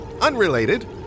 unrelated